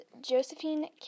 Josephine